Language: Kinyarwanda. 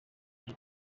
bihe